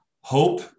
Hope